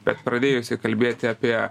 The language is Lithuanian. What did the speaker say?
bet pradėjusi kalbėti apie